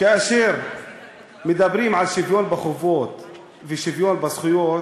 כאשר מדברים על שוויון בחובות ושוויון בזכויות,